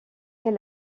quel